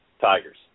Tigers